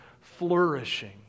flourishing